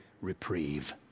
reprieve